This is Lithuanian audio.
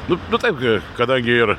nu nu taip kadangi ir